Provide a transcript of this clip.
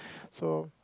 so